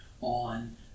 on